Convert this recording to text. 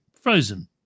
Frozen